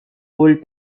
old